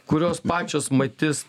kurios pačios matys